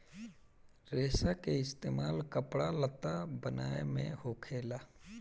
रेसा के इस्तेमाल कपड़ा लत्ता बनाये मे होखेला